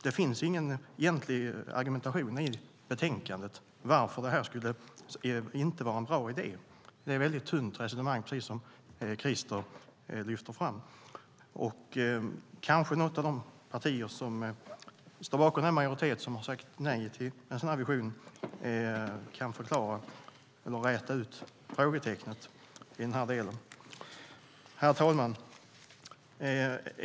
Det finns egentligen ingen argumentation i betänkandet för varför det inte skulle vara en bra idé. Det är ett väldigt tunt resonemang, precis som Christer lyfter fram. Kanske kan något av de partier som står bakom den majoritet som har sagt nej till en sådan vision kan räta ut frågetecknet i den delen. Herr talman!